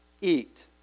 eat